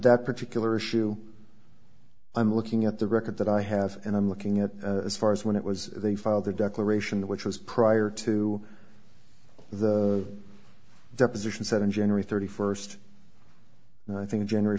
that particular issue i'm looking at the record that i have and i'm looking at as far as when it was they filed their declaration which was prior to the deposition set in general thirty first and i think generally